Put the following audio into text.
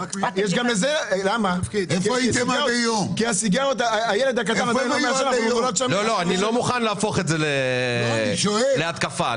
כי --- אני לא מוכן להפוך את זה להתקפה.